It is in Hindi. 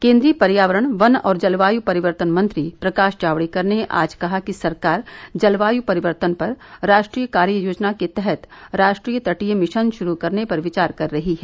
केन्द्रीय पर्यावरण वन और जलवायु परिवर्तन मंत्री प्रकाश जावड़ेकर ने आज कहा कि सरकार जलवायु परिवर्तन पर राष्ट्रीय कार्य योजना के तहत राष्ट्रीय तटीय मिशन शुरू करने पर विचार कर रही है